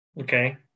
Okay